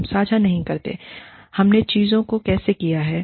हम साझा नहीं करते हैं हमने चीजों को कैसे किया है